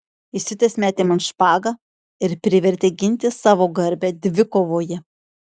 įsiutęs metė man špagą ir privertė ginti savo garbę dvikovoje